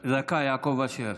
דקה, יעקב אשר,